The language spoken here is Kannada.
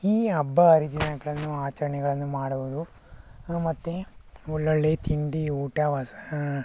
ಈ ಹಬ್ಬ ಹರಿ ದಿನಗಳನ್ನು ಆಚರಣೆಗಳನ್ನು ಮಾಡುವುದು ಮತ್ತು ಒಳ್ಳೊಳ್ಳೆ ತಿಂಡಿ ಊಟ ವಸ